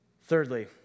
Thirdly